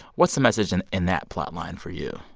what's the message and in that plot line for you?